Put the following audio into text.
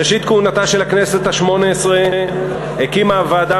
בראשית כהונתה של הכנסת השמונה-עשרה הקימה הוועדה